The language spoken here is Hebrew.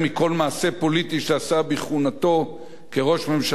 שעשה בכהונתו כראש ממשלה ושר ביטחון.